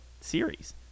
series